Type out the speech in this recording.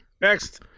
Next